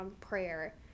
prayer